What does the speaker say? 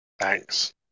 thanks